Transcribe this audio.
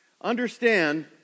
Understand